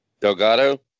Delgado